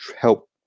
help